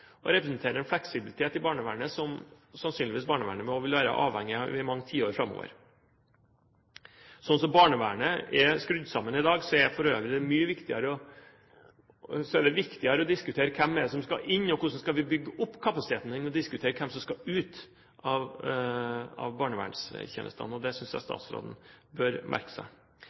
en fleksibilitet i barnevernet som barnevernet sannsynligvis vil være avhengig av i mange tiår framover. Slik som barnevernet er skrudd sammen i dag, er det mye viktigere å diskutere hvem som skal inn, og hvordan vi skal bygge opp kapasiteten, enn å diskutere hvem som skal ut av barnevernstjenestene. Det synes jeg statsråden bør merke seg.